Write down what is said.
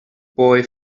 boy